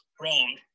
wrong